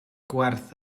gwerth